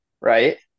right